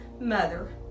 mother